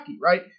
right